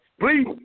please